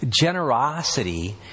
generosity